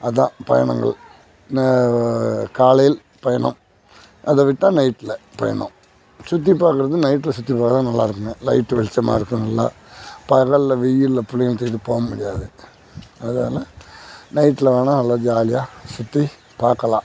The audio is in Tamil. அதுதான் பயணங்கள் காலையில் பயணம் அதை விட்டால் நைட்ல பயணம் சுற்றி பார்க்கறது நைட்ல சுற்றி பார்க்கறது நல்லாருக்குங்க லைட்டு வெளிச்சமாக இருக்கும் நல்லா பகல்ல வெயில்ல பிள்ளைங்களை தூக்கிட்டு போக முடியாது அதால் நைட்ல வேணா நல்லா ஜாலியாக சுற்றி பார்க்கலாம்